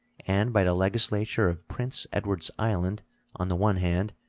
and by the legislature of prince edwards island on the one hand,